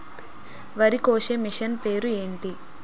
వరి కోసే మిషన్ పేరు ఏంటి